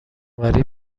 وری